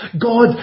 God